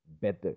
better